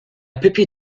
puppy